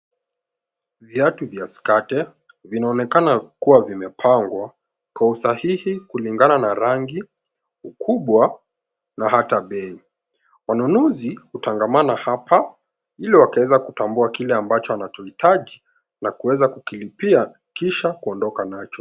Viatu vya skate vinaonekana kuwa vimepangwa kwa usahihi kulingana na rangi, ukubwa na hata bei. Wanunuzi hutangamana hapa ili wakaweze kutuambia kile ambacho wanachohitaji na kuweza kukilipia kisha kuondoka nacho.